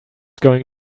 going